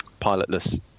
pilotless